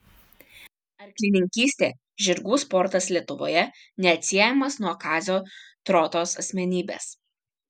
arklininkystė žirgų sportas lietuvoje neatsiejamas nuo kazio trotos asmenybės